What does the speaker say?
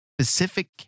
specific